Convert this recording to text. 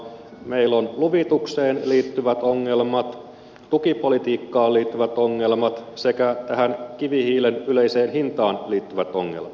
meillä on luvitukseen liittyvät ongelmat tukipolitiikkaan liittyvät ongelmat sekä tähän kivihiilen yleiseen hintaan liittyvät ongelmat